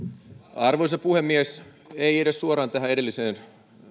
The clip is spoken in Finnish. arvoisa puhemies ei edes suoraan edelliseen